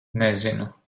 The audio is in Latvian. nezinu